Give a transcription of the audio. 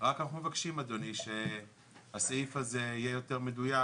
רק מבקשים שהסעיף הזה יהיה יותר מדויק,